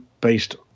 based